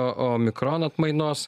o mikron atmainos